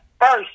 first